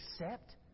accept